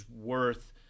worth